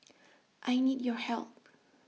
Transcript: I need your help